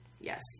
yes